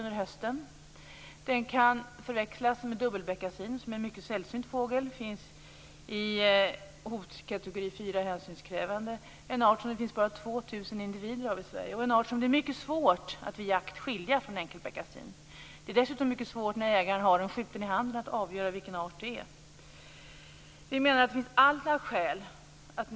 Enkelbeckasinen kan förväxlas med dubbelbeckasin, som är en mycket sällsynt fågel. Den finns i hotkategori 4, hänsynskrävande. Av den arten finns det bara 2 000 individer av i Sverige, och den är mycket svår att vid jakt skilja från enkelbeckasin. Det är dessutom mycket svårt att avgöra vilken art det är när jägaren har den skjuten i handen.